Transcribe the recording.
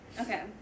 Okay